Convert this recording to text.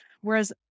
Whereas